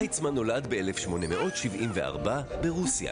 אמיר בשה, מכון גולדה מאיר למנהיגות וחברה, בבקשה.